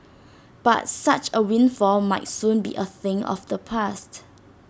but such A windfall might soon be A thing of the past